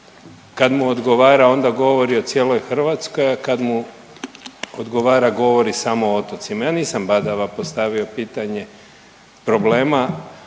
kad mu odgovara onda govori o cijeloj Hrvatskoj, a kad mu odgovara govori samo o otocima. Ja nisam badava postavio pitanje problema